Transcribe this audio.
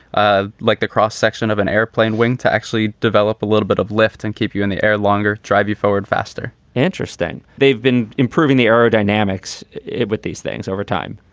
ah like the cross section of an airplane wing to actually develop a little bit of lift and keep you in the air longer, drive you forward faster interesting. they've been improving the aerodynamics with these things over time